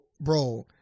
Bro